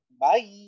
Bye